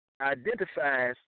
identifies